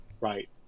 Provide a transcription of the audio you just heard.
Right